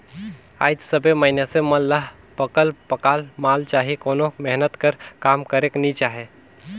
आएज सब मइनसे मन ल पकल पकाल माल चाही कोनो मेहनत कर काम करेक नी चाहे